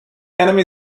enemy